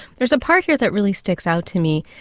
there's a part here that really sticks out to me.